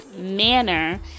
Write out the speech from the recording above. manner